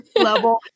Level